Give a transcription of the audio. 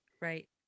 Right